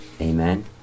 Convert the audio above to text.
amen